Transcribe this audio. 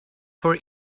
for